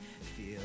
feel